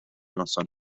noson